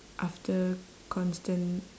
after constant